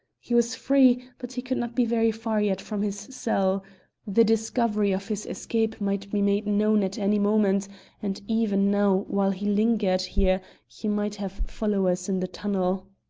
he was free, but he could not be very far yet from his cell the discovery of his escape might be made known at any moment and even now while he lingered here he might have followers in the tunnel.